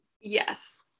Yes